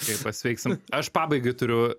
kai pasveiksim aš pabaigai turiu